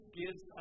gives